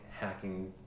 hacking